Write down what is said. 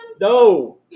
No